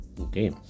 Okay